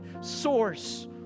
source